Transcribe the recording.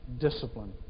discipline